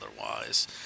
otherwise